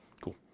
Cool